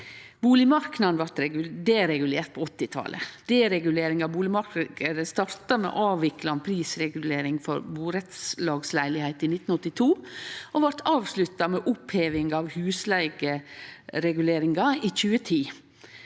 Bustadmarknaden blei deregulert på 1980-talet. Deregulering av bustadmarknaden starta med å avvikle prisregulering for burettslagsleilegheiter i 1982 og blei avslutta med oppheving av husleigereguleringar i 2010.